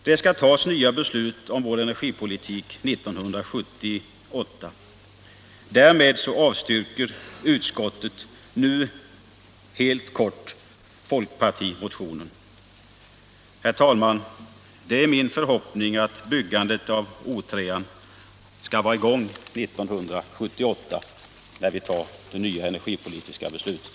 Det skall tas nya beslut om vår energipolitik 1978. Därmed avstyrker utskottet nu helt kort folkpartimotionen. Herr talman! Det är min förhoppning att byggandet av O 3 skall vara i gång 1978 när vi tar det nya energipolitiska beslutet.